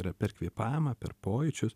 yra per kvėpavimą per pojūčius